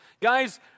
Guys